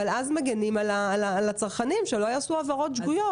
אז מגנים על הצרכנים שלא יעשו העברות שגויות.